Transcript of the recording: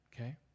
Okay